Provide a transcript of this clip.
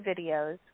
videos